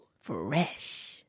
Fresh